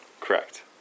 Correct